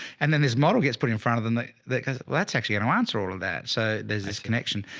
and then this model gets put in front of them that that goes well, that's actually gonna answer all of that. so there's this connection.